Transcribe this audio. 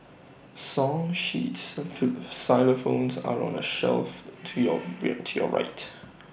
song sheets xylophones are on the shelf to you to your right